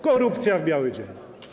Korupcja w biały dzień.